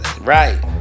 Right